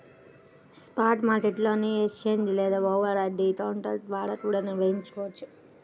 spot market ని exchange లేదా over the counter ద్వారా కూడా నిర్వహించొచ్చు